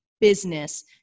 business